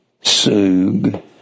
sug